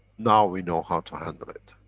now we know how to handle it.